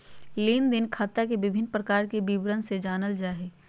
लेन देन खाता के विभिन्न प्रकार के विवरण से जानल जाय हइ